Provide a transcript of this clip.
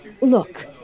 Look